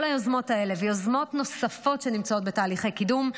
כל היוזמות האלה ויוזמות נוספות שנמצאות בתהליכי קידום,